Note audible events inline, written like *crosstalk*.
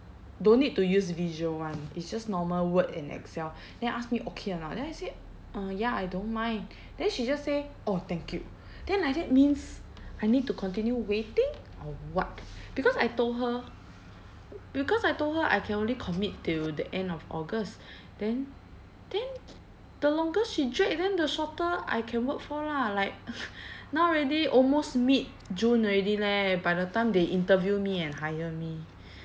don't need to use visual [one] it's just normal Word and Excel then ask me okay or not then I said uh ya I don't mind then she just say orh thank you then like that means I need to continue waiting or what because I told her because I told her I can only commit till the end of august then then the longer she drag then the shorter I can work for lah like *noise* now already almost mid june already leh by the time they interview me and hire me